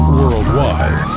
worldwide